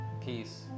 peace